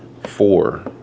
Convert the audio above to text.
four